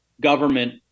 government